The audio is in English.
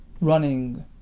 running